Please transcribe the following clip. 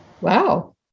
Wow